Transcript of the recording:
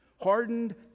hardened